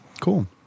cool